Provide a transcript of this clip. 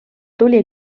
tuli